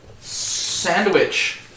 Sandwich